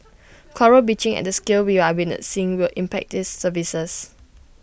Coral bleaching at the scale we are witnessing will impact these services